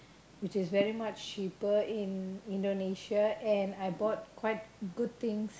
which is very much cheaper in Indonesia and I bought quite good things